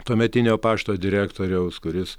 tuometinio pašto direktoriaus kuris